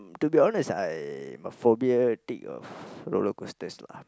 to be honest I got phobia take of roller coasters lah